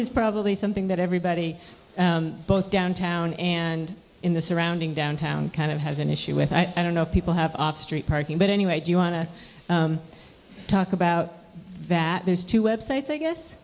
is probably something that everybody both downtown and in the surrounding downtown kind of has an issue with i don't know if people have street parking but anyway do you want to talk about that there's two websites i guess